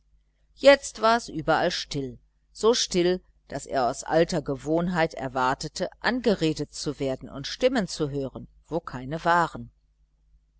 jetzt war es überall still so still daß er aus alter gewohnheit erwartete angeredet zu werden und stimmen zu hören wo keine waren